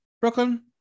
Brooklyn